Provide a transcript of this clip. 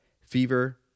fever